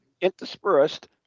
interspersed